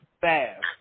fast